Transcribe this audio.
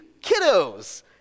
kiddos